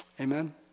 Amen